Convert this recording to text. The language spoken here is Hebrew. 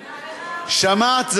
שמעת?